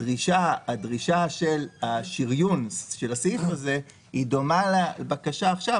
הדרישה של שריון הסעיף הזה דומה לבקשה עכשיו